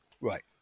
Right